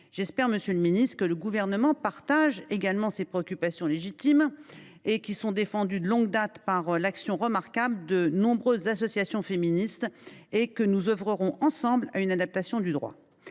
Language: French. J’espère, monsieur le ministre, que le Gouvernement partage également ces préoccupations légitimes, défendues de longue date par l’action remarquable de nombreuses associations féministes, et que nous œuvrerons ensemble à une adaptation du droit.